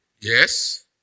Yes